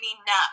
enough